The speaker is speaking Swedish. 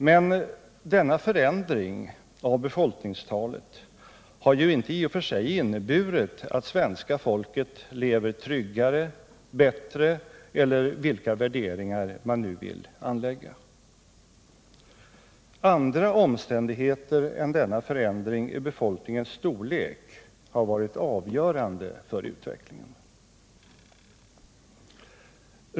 Men denna förändring i befolkningstalet har ju inte i och för sig inneburit att svenska folket lever tryggare, bättre eller vilka värderingar man nu vill anlägga. Andra omständigheter än denna förändring i befolkningens storlek har varit avgörande för utvecklingen.